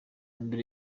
mbere